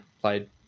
played